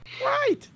right